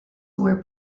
were